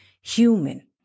human